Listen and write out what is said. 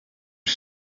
are